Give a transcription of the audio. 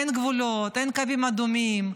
אין גבולות, אין קווים אדומים.